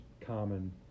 Common